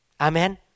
Amen